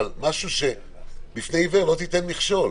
אבל בפני עיוור לא תיתן מכשול.